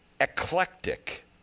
eclectic